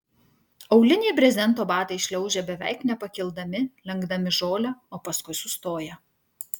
auliniai brezento batai šliaužia beveik nepakildami lenkdami žolę o paskui sustoja